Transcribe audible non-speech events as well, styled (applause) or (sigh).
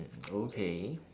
(noise) okay